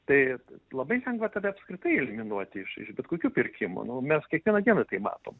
tai labai lengva tada apskritai eliminuoti iš iš bet kokių pirkimo mes kiekvieną dieną tai matom